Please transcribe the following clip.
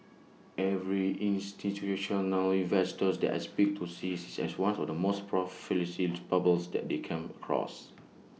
every institutional investors that I speak to sees IT as one of the most bubbles that they came across